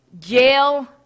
jail